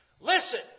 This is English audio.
Listen